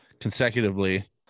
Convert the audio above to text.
consecutively